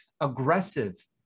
aggressive